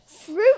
Fruit